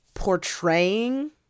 portraying